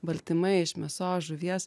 baltymai iš mėsos žuvies